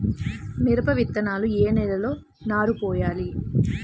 మిరప విత్తనాలు ఏ నెలలో నారు పోయాలి?